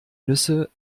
nüsse